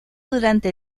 durante